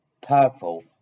purple